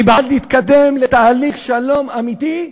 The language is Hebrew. אני בעד להתקדם לתהליך שלום אמיתי,